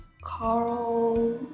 Carl